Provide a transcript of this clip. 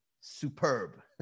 superb